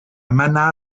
mana